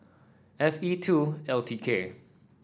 F E two L T K